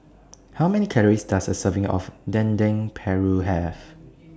How Many Calories Does A Serving of Dendeng Paru Have